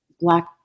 Black